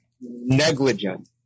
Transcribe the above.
negligent